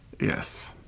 Yes